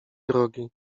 drogi